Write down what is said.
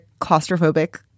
claustrophobic